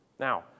Now